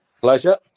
pleasure